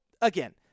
again